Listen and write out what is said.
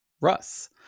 Russ